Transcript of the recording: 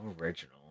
original